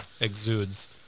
exudes